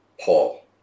Paul